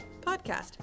Podcast